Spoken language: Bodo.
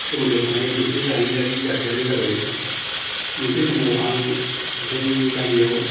सोमोन्दो थानाय मोनसे जारिमिनारि जाथायानो जाबाय मोनसे समाव आं जोंनि गामियाव